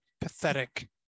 pathetic